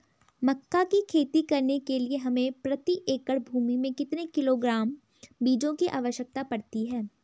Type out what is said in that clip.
मक्का की खेती करने के लिए हमें प्रति एकड़ भूमि में कितने किलोग्राम बीजों की आवश्यकता पड़ती है?